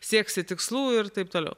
sieksi tikslų ir taip toliau